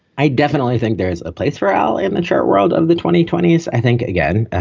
i definitely think there's a place for al in the chart world of the twenty twenty s. i think again,